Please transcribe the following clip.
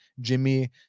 Jimmy